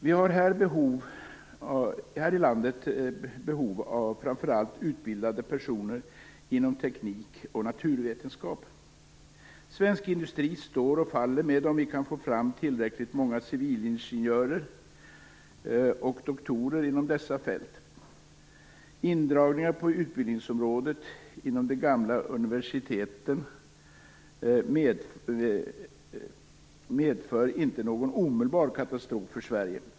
Vi har här i landet framför allt behov av utbildade personer inom teknik och naturvetenskap. Svensk industri står och faller med om vi kan få fram tillräckligt många civillingenjörer och doktorer inom dessa fält. Indragningar på utbildningsområdet inom de gamla universiteten innebär inte någon omedelbar katastrof för Sverige.